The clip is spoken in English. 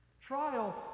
Trial